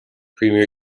premier